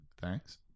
Thanks